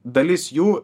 dalis jų